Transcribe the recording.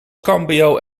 cambio